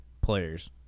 players